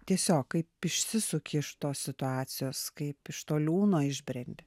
tiesiog kaip išsisuki iš tos situacijos kaip iš to liūno išbrendi